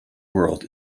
world